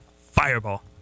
fireball